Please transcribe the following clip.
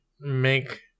make